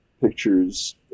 pictures